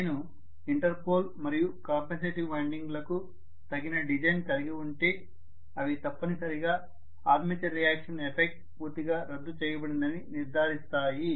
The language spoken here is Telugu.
నేను ఇంటర్పోల్ మరియు కాంపెన్సేటింగ్ వైండింగ్ లకు తగిన డిజైన్ కలిగి ఉంటే అవి తప్పనిసరిగా ఆర్మేచర్ రియాక్షన్ ఎఫెక్ట్ పూర్తిగా రద్దు చేయబడిందని నిర్ధారిస్తాయి